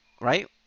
right